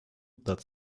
that